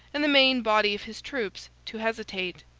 and the main body of his troops to hesitate.